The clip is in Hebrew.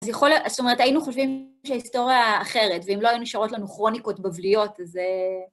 אז יכול להיות, זאת אומרת, היינו חושבים שהיסטוריה אחרת, ואם לא היינו שורות לנו כרוניקות בבליות, אז...